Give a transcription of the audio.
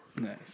Nice